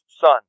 son